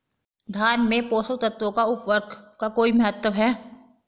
धान में पोषक तत्वों व उर्वरक का कोई महत्व है?